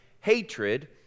hatred